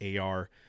ar